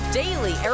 daily